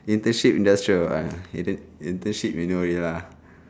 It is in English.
internship industrial ah intern internship you know already lah